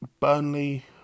Burnley